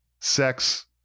sex